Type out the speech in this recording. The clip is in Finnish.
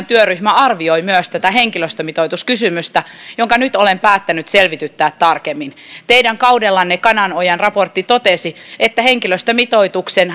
työryhmä arvioi myös tätä henkilöstömitoituskysymystä jonka nyt olen päättänyt selvityttää tarkemmin teidän kaudellanne kananojan raportti totesi että henkilöstömitoituksen